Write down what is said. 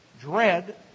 Dread